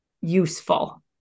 useful